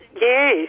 Yes